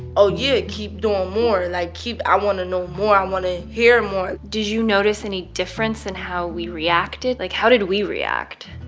oh, yeah. keep doing more. like, keep i want to know more. i want to hear more did you notice any difference in how we reacted? like, how did we react?